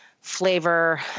flavor